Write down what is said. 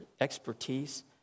expertise